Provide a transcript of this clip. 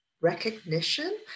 recognition